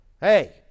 Hey